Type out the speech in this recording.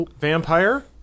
vampire